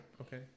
Okay